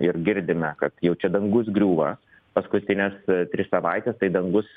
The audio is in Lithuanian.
ir girdime kad jau čia dangus griūva paskutines tris savaites tai dangus